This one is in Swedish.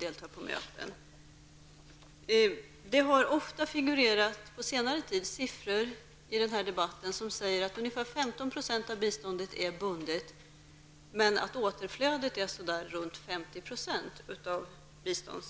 Det har på senare tid ofta figurerat sifferuppgifter i denna debatt innebärande att ungefär 15 % av biståndet är bundet, men att återflödet från biståndsutbetalningarna uppgår till